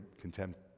contempt